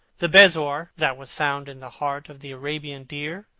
the bezoar, that was found in the heart of the arabian deer,